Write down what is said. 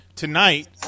Tonight